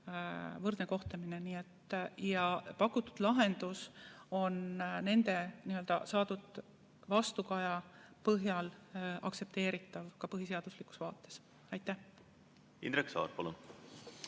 võrdne kohtlemine. Pakutud lahendus on nendelt saadud vastukaja põhjal aktsepteeritav ka põhiseaduslikus vaates. Aitäh! Me arutasime